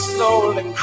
Slowly